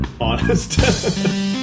honest